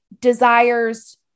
desires